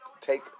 take